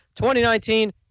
2019